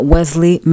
Wesley